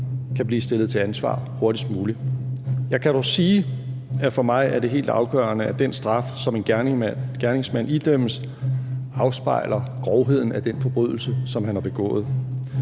kan blive stillet til ansvar hurtigst muligt. Jeg kan dog sige, at for mig er det helt afgørende, at den straf, som en gerningsmand idømmes, afspejler grovheden af den forbrydelse, som han har begået.